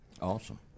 awesome